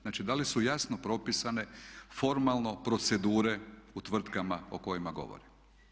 Znači da li su jasno propisane formalno procedure u tvrtkama o kojima govore.